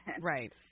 Right